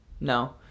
No